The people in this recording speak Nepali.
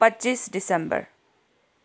पच्चिस डिसेम्बर